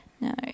No